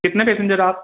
कितने पेसेन्जर हो आप